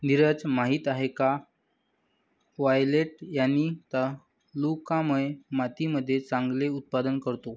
नीरज माहित आहे का वायलेट यामी वालुकामय मातीमध्ये चांगले उत्पादन करतो?